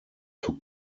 took